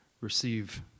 receive